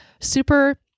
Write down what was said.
super